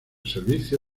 servicio